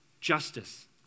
justice